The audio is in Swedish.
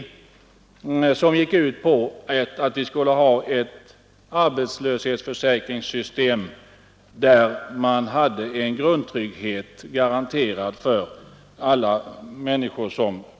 En reservation som gick ut på att vi skulle ha ett arbetslöshetsförsäkringssystem där grundtryggheten var garanterad för alla människor.